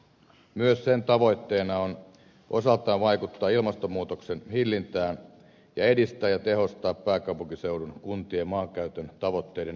myös sen tavoitteena on osaltaan vaikuttaa ilmastonmuutoksen hillintään ja edistää ja tehostaa pääkaupunkiseudun kuntien maankäytön tavoitteiden yhteensovittamista